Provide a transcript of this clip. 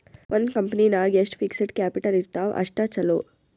ಒಂದ್ ಕಂಪನಿ ನಾಗ್ ಎಷ್ಟ್ ಫಿಕ್ಸಡ್ ಕ್ಯಾಪಿಟಲ್ ಇರ್ತಾವ್ ಅಷ್ಟ ಛಲೋ